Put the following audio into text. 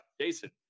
Jason